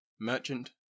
merchant